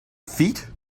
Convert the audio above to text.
feet